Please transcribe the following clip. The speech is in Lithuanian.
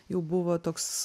jau buvo toks